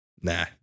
Nah